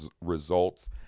results